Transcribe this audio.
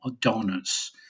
donors